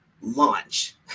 launch